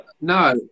No